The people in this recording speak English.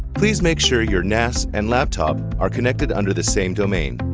please make sure your nas and laptop are connected under the same domain.